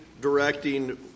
directing